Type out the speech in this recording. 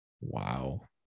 Wow